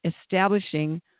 establishing